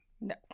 No